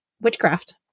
witchcraft